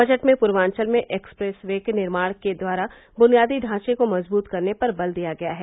budget में पूर्वांचल में express way के निर्माण के द्वारा बुनियादी ढांचे को मजबूत करने पर बल दिया गया है